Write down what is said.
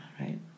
right